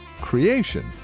creation